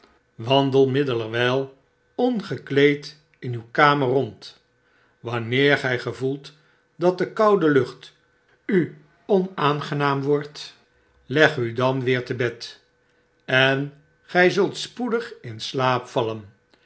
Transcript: wandel middelerwijl ongekleed in uw karner rond wanneer gij gevoelt dat de koude lucht u onaangenaam wordt leg u dan weer te bed en gi zult spoedig in slaap vallen